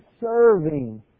serving